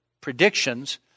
predictions